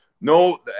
No